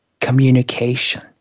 communication